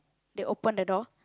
they open the door